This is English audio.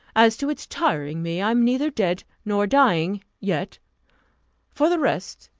as to its tiring me, i am neither dead, nor dying, yet for the rest,